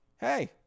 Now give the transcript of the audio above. Hey